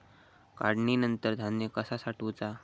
काढणीनंतर धान्य कसा साठवुचा?